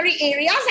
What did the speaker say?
areas